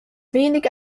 wenig